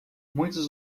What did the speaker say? muitos